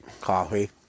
Coffee